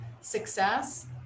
success